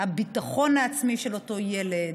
הביטחון העצמי של אותו ילד,